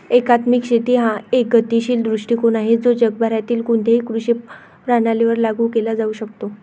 एकात्मिक शेती हा एक गतिशील दृष्टीकोन आहे जो जगभरातील कोणत्याही कृषी प्रणालीवर लागू केला जाऊ शकतो